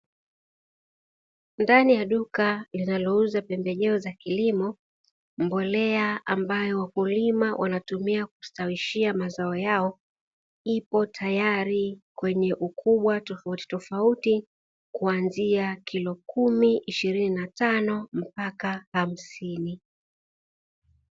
Ndani ya duka linalouza pembejeo za kilimo, mbolea ambayo wakulima wanatumia kustawishia mazao yao ipo tayari kwenye ukubwa tofautitofauti kuanzia kilo kumi, ishirini na tano mpaka hamsini.